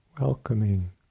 welcoming